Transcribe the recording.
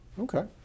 Okay